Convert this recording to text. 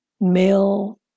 male